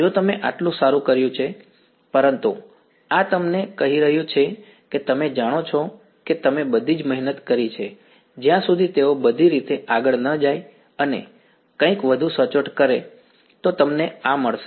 જો તમે આટલું સારું કર્યું છે પરંતુ આ તમને કહી રહ્યું છે કે તમે જાણો છો કે તમે બધી જ મહેનત કરી છે જ્યાં સુધી તેઓ બધી રીતે આગળ ન જાય અને કંઈક વધુ સચોટ કરે તો તમને આ મળશે